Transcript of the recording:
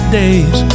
days